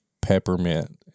peppermint